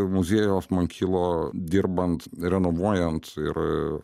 muziejaus man kilo dirbant renovuojant ir